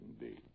indeed